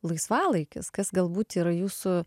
laisvalaikis kas galbūt yra jūsų